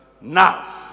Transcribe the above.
Now